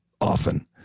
often